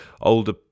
Older